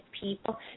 people